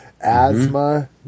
asthma